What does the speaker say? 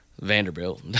Vanderbilt